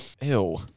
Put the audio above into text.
Ew